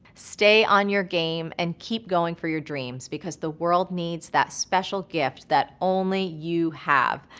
stay on your game and keep going for your dreams because the world needs that special gift that only you have.